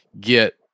get